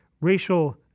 racial